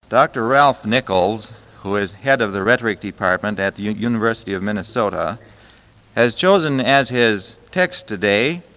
dr. ralph nichols who is head of the rhetoric department at the university of minnesota has chosen as his text today,